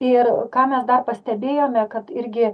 ir ką mes dar pastebėjome kad irgi